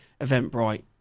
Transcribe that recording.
Eventbrite